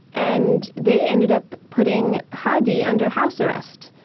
and they ended up putting hadi under house arrest.